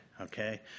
okay